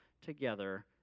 together